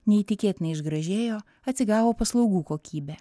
neįtikėtinai išgražėjo atsigavo paslaugų kokybė